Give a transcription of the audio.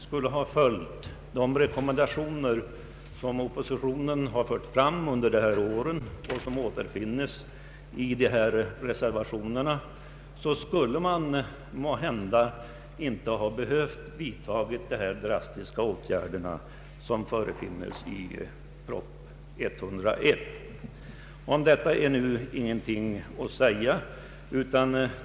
Hade man följt de rekommendationer som oppositionen givit under dessa år och som återfinns i reservationerna, skulle man måhända inte ha behövt vidtaga de drastiska åtgärder som föreslås i proposition 101. Om detta är dock ingenting att säga.